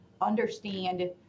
understand